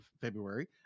february